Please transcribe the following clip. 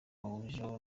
bahurijeho